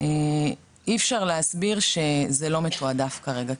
אי אפשר להסביר שזה לא מתועדף כרגע.